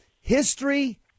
history